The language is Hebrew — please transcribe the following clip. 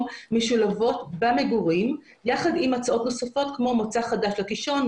משולבות במגורים יחד עם הצעות נוספות כמו מוצא חדש לקישון,